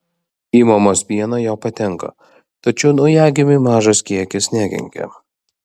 į mamos pieną jo patenka tačiau naujagimiui mažas kiekis nekenkia